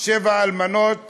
שבע אלמנות